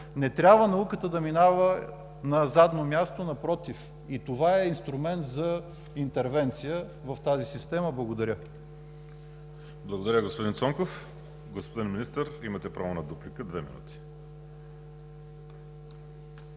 не трябва науката да минава на задно място. Напротив, и това е инструмент за интервенция в тази система. Благодаря. ПРЕДСЕДАТЕЛ ВАЛЕРИ СИМЕОНОВ: Благодаря, господин Цонков. Господин Министър, имате право на дуплика – две минути.